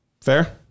fair